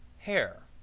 hair